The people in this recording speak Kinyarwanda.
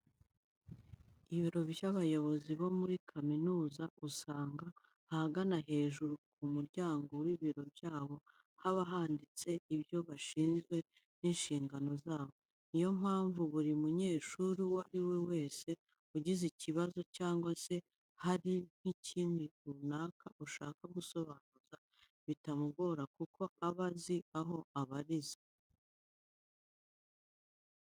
Ibiro by'abayobozi bo muri kaminuza usanga ahagana hejuru ku muryango w'ibiro byabo haba handitse ibyo bashinzwe n'inshingano zabo. Ni yo mpamvu buri munyeshuri uwo ari we wese ugize ikibazo cyangwa se hari nk'ikintu runaka ashaka gusobanuza bitamugora kuko aba azi aho abariza.